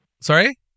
Sorry